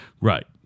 right